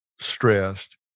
stressed